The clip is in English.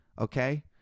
Okay